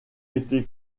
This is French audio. été